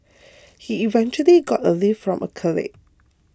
he eventually got a lift from a colleague